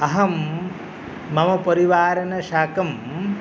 अहं मम परिवारेण साकं